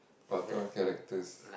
what type of characters